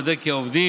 כמובן,